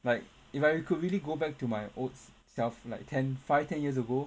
like if I could really go back to my old self like ten five ten years ago